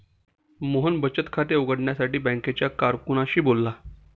मोहन बचत खाते उघडण्यासाठी बँकेच्या कारकुनाशी बोलला